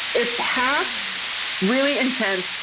it's half really intense,